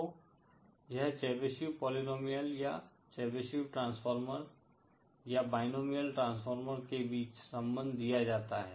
तो यह Chebyshev polynomial या चेबीशेव ट्रांसफार्मर या बायनोमिअल ट्रांसफार्मर के बीच सम्बंद दिया जाता है